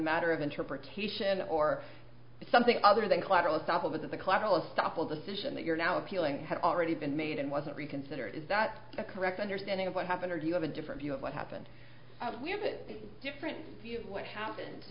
matter of interpretation or something other than collateral estoppel that the collateral estoppel decision that you're now appealing had already been made and wasn't reconsider is that a correct understanding of what happened or do you have a different view of what happened we have a different view of what happened